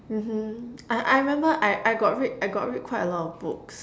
mmhmm I I remember I I got read I got read quite a lot of books